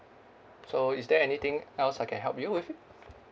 so is there anything else I can help you with